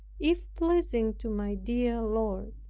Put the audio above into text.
if pleasing to my dear lord.